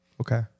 Okay